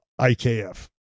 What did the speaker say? IKF